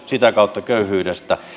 sitä kautta pois köyhyydestä